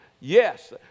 Yes